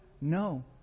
No